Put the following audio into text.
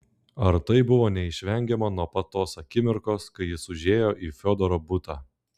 ar tai buvo neišvengiama nuo pat tos akimirkos kai jis užėjo į fiodoro butą